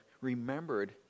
remembered